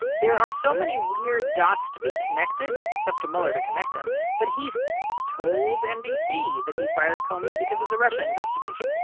there are so many weird dots to be connected. it's up to mueller to connect them, but he's told nbc that he fired comey because of the russian investigation.